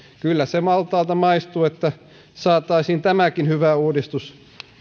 kyllä se maltaalta maistuisi että saataisiin tämäkin hyvä uudistus